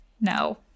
no